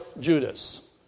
Judas